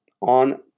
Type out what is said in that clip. on